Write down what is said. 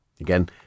Again